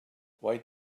why